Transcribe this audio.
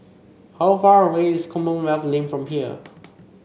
how far away is Commonwealth Lane from here